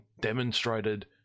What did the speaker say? demonstrated